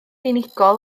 unigol